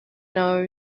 know